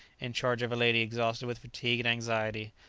in charge of a lady exhausted with fatigue and anxiety,